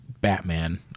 Batman